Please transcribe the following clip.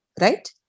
right